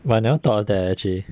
but I never thought of that eh actually